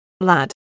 lad